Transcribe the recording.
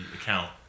account